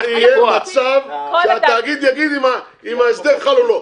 לא יהיה מצב שהתאגיד יגיד אם ההסדר חל או לא.